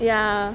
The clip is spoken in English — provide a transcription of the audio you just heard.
ya